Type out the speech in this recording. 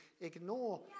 ignore